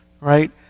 Right